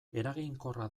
eraginkorra